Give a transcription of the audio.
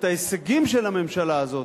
את ההישגים של הממשלה הזאת,